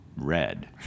red